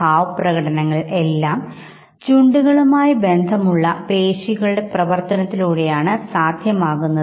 ഉദാഹരണത്തിന് അവർ ദുഖിതനായി ഇരിക്കുമ്പോൾ ചിരിക്കുന്ന മുഖമുള്ള ഒരു മാസ്ക് എടുത്ത് ധരിക്കുക ആണ് ചെയ്യുന്നത്